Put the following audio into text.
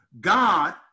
God